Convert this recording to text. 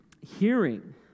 hearing